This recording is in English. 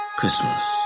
Christmas 。